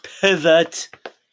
Pivot